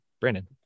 brandon